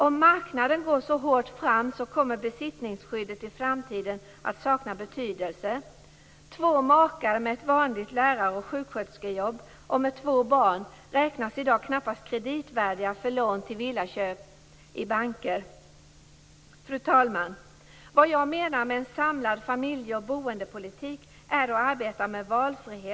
Om marknaden går så här hårt fram kommer besittningsskyddet i framtiden att sakna betydelse. Två makar med vanliga lärar och sjuksköterskejobb och två barn räknas i dag knappast som kreditvärdiga för lån i banker till villaköp. Fru talman! Vad jag menar med en samlad familje och boendepolitik är att arbeta med valfrihet.